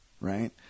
Right